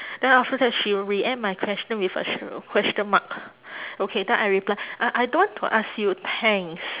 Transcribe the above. then after that she react my question with a sh~ a question mark okay then I reply I I don't want to ask you thanks